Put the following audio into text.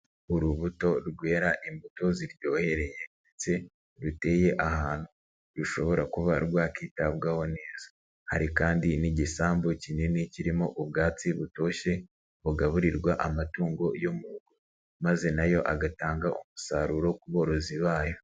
Urubuto rwera imbuto ziryohereye ndetse ruteye ahantu rushobora kuba rwakitabwaho neza, hari kandi n'igisambu kinini kirimo ubwatsi butoshye bugaburirwa amatungo maze nayo agatanga umusaruro ku borozi bayo.